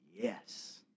Yes